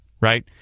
right